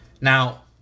Now